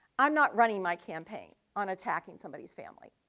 i'm not running my campaign on attacking somebody's family.